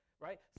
right